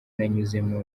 nanyuzemo